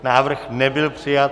Návrh nebyl přijat.